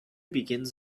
begins